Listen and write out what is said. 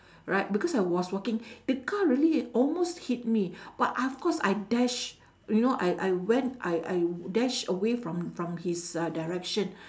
right because I was walking the car really almost hit me but of course I dash you know I I went I I dash away from from his uh direction